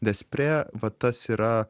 despre va tas yra